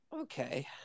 Okay